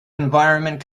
environment